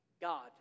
God